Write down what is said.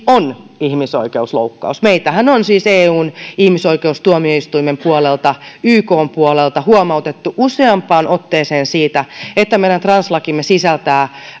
on ihmisoikeusloukkaus meitähän on siis eun ihmisoikeustuomioistuimen puolelta ykn puolelta huomautettu useampaan otteeseen siitä että meidän translakimme sisältää